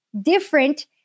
different